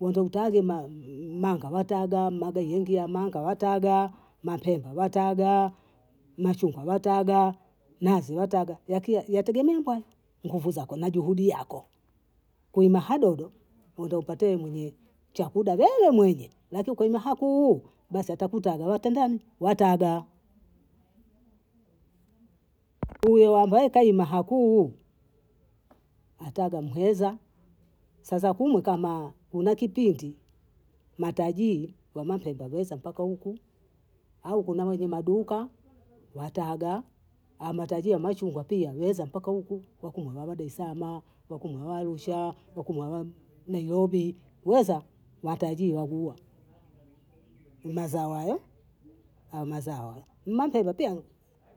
We ndo ntade manka watada, magoi yingia, manka watada, mapemba watada, machungwa watada, nazi watada, yakia yategemeimpai nguvu zako na juhudi yako, kuima hadodo ndo upatee mwenye chakuda wewe mwenye, lakini kwewe muhakuu basi atakuta analala tandani wataga, uyoya mbwaikai mahakuu, ataga muheza. sasa kumbe kama ule kipindi matajiri wamepemba bose mpaka huku, au kuna wenye maduka wataga, amatajia machungwa pia huweza mpaka huku wakumwe wali bei sana, wakumwe nawa Arushaa, wakumwe awa Nairobi weza matajiri matajiri wagua, mmazao ayoo, hayo mazao haya, ninampenda pia